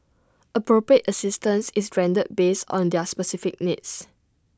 appropriate assistance is rendered based on their specific needs